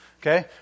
okay